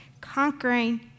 Conquering